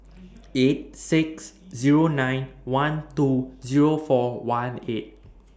eight six Zero nine one two Zero four one eight